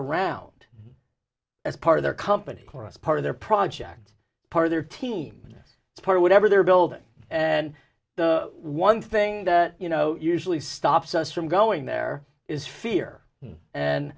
around as part of their company chorus part of their project part of their team yes it's part of whatever they're building and the one thing you know usually stops us from going there is fear and